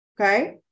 okay